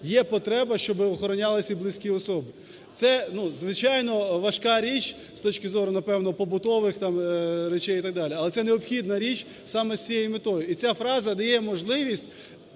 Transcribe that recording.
є потреба, щоб охоронялись і близькі особи. Це, ну, звичайно, важка річ з точки зору, напевно, побутових, там, речей і так далі. Але це необхідна річ саме з цією метою. І ця фраза дає можливість